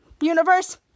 Universe